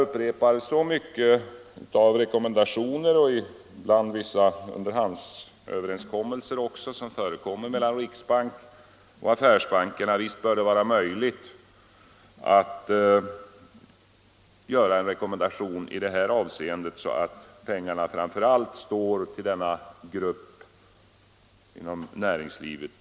Med så mycket av rekommendationer och ibland också av underhandsöverenskommelser som förekommer mellan riksbanken och affärsbankerna bör det vara möjligt att göra en rekommendation så att pengarna framför allt står till förfogande för denna grupp inom näringslivet.